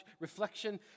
reflection